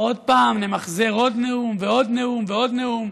עוד פעם נמחזר עוד נאום ועוד נאום ועוד נאום?